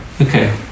okay